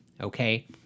okay